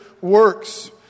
works